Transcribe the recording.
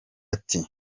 ati